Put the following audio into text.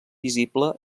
visible